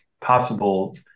possible